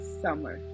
summer